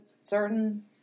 certain